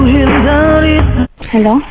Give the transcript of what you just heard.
Hello